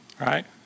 right